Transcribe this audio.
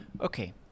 Okay